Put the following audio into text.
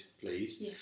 please